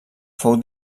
fou